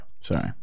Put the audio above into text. sorry